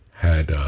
had